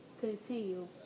continue